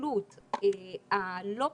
וההסתכלות הפטרנליסטית,